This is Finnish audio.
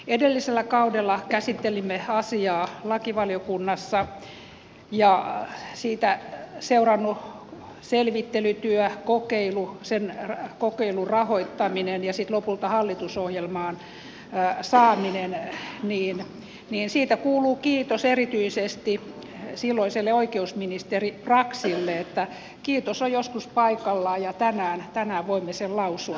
edellisellä kaudella käsittelimme asiaa lakivaliokunnassa ja siitä seuranneesta selvittelytyöstä kokeilusta sen kokeilun rahoittamisesta ja sitten lopulta hallitusohjelmaan saamisesta kuuluu kiitos erityisesti silloiselle oikeusministerille braxille niin että kiitos on joskus paikallaan ja tänään voimme sen lausua